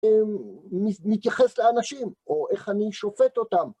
מתייחס לאנשים, או איך אני שופט אותם.